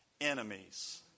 enemies